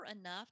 enough